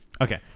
Okay